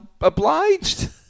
obliged